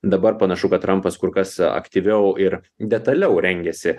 dabar panašu kad trampas kur kas aktyviau ir detaliau rengiasi